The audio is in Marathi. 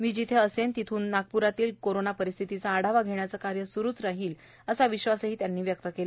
मी जेथे असेल तेथून नागपुरातील कोरोना परिस्थितीचा आढावा घेण्याच कार्य सुरूच राहील असा विश्वासही त्यांनी व्यक्त केला